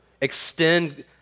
extend